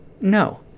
No